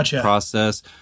process